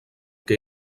que